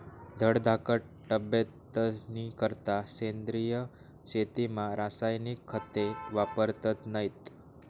धडधाकट तब्येतनीकरता सेंद्रिय शेतीमा रासायनिक खते वापरतत नैत